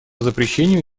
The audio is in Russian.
запрещению